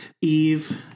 Eve